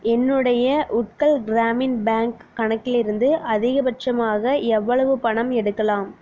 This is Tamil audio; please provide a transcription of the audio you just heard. என்னுடைய உட்கல் கிராமின் பேங்க் கணக்கிலிருந்து அதிகபட்சமாக எவ்வளவு பணம் எடுக்கலாம்